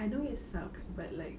I know it sucks but like